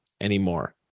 anymore